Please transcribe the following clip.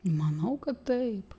manau kad taip